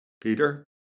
Peter